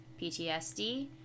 PTSD